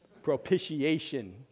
propitiation